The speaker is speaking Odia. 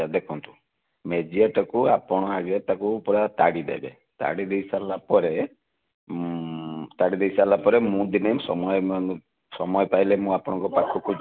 ଆଚ୍ଛା ଦେଖନ୍ତୁ ମେଜିଆଟାକୁ ଆପଣ ଆଗେ ତାକୁ ପୁରା ତାଡ଼ି ଦେବେ ତାଡ଼ି ଦେଇ ସାରିଲା ପରେ ତାଡ଼ି ଦେଇ ସାରିଲା ପରେ ମୁଁ ଦିନେ ସମୟ ସମୟ ପାଇଲେ ମୁଁ ଆପଣଙ୍କ ପାଖକୁ ଯିବି